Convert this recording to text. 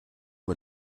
nur